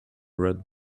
red